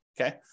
Okay